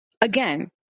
again